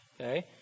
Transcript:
okay